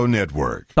Network